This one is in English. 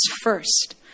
first